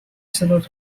صدات